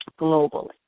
globally